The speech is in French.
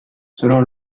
selon